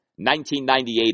1998